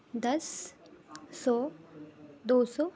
دس سو دو سو